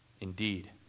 Indeed